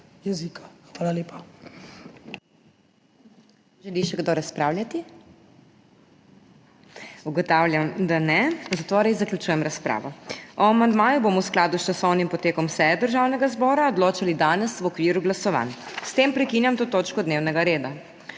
jezika. Hvala lepa.